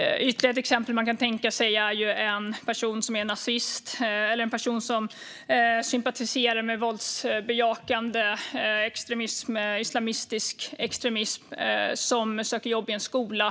Ytterligare ett exempel som man kan tänka sig är en person som är nazist eller en person som sympatiserar med våldsbejakande islamistisk extremism och som söker jobb i en skola.